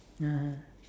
ya